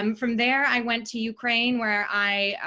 um from there, i went to ukraine, where i,